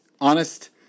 honest